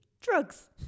Drugs